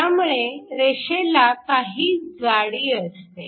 त्यामुळे रेषेला काही जाडी असते